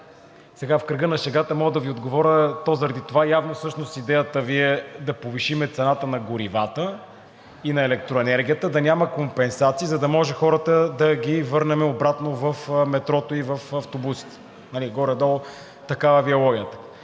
В кръга на шегата мога да Ви отговоря, то заради това явно всъщност идеята Ви е да повишим цената на горивата и на електроенергията, да няма компенсации, за да може хората да ги върнем обратно в метрото и в автобусите. Горе-долу такава Ви е логиката.